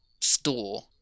store